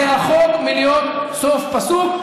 זה רחוק מלהיות סוף פסוק.